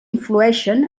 influïxen